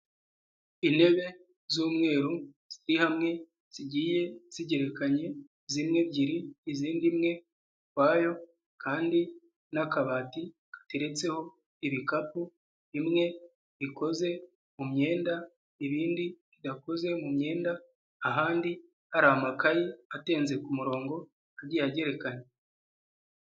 Intebe z'umweru ziri hamwe zigiye zigerekanye zimwe ebyiri, izindi imwe ukwayo kandi n'akabati gateretseho ibikapu bimwe bikoze mu myenda ibindi gakoze mu myenda, ahandi hari amakaye atenze ku murongo agiye agerekana.